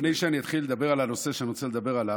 לפני שאני אתחיל לדבר על הנושא שאני רוצה לדבר עליו,